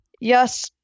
Yes